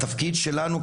התפקיד שלנו,